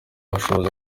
bushobozi